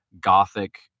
gothic